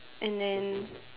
and then